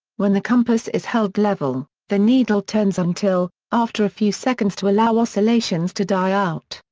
when the compass is held level, the needle turns until, after a few seconds to allow oscillations to die out,